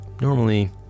Normally